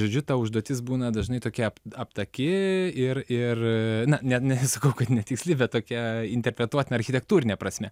žodžiu ta užduotis būna dažnai tokia aptaki ir ir net nesakau kad netiksli bet tokia interpretuotina architektūrine prasme